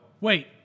Wait